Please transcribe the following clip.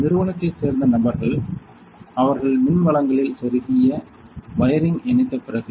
நிறுவனத்தைச் சேர்ந்த நபர்கள் அவர்கள் மின்வழங்கலில் செருகிய வயரிங் இணைத்த பிறகு